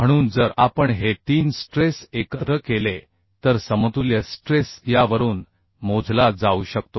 म्हणून जर आपण हे तीन स्ट्रेस एकत्र केले तर समतुल्य स्ट्रेस यावरून मोजला जाऊ शकतो